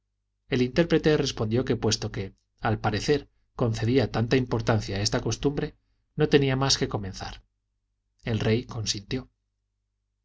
el intérprete respondió que puesto que al parecer concedía tanta importancia a esta costumbre no tenía mas que comenzar el rey consintió